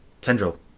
tendril